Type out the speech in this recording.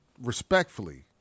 respectfully